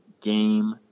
Game